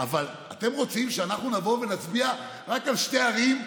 אבל אתם רוצים שאנחנו נבוא ונצביע רק על שתי ערים,